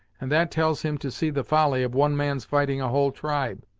and that tells him to see the folly of one man's fighting a whole tribe.